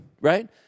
right